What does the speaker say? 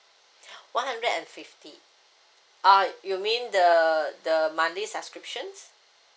one hundred and fifty uh you mean the the monthly subscriptions